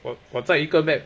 我窝在一个 map